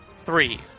three